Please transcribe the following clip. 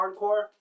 hardcore